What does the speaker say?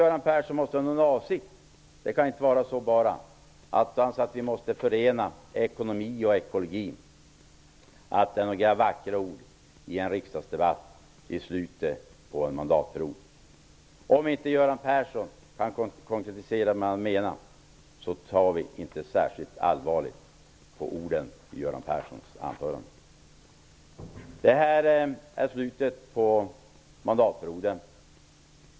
Göran Persson måste ha en avsikt här. Det kan inte vara så att talet om att vi måste förena ekonomi och ekologi bara är några vackra ord i en riksdagsdebatt i slutet av en mandatperiod. Om Göran Persson inte kan konkretisera vad han menar tar vi inte särskilt allvarligt på orden i hans anförande. Nu har vi kommit till slutet av denna mandatperiod.